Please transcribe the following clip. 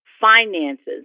finances